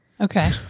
Okay